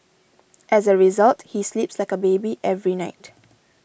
as a result he sleeps like a baby every night